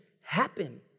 happen